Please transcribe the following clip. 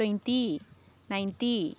twenty ninety